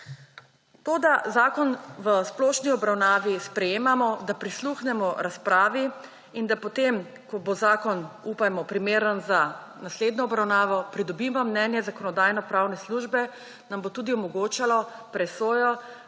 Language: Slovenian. To, da zakon v splošni obravnavi sprejemamo, da prisluhnemo razpravi, da potem, ko bo zakon, upajmo, primeren za naslednjo obravnavo, pridobimo mnenje Zakonodajno-pravne službe, nam bo tudi omogočalo presojo,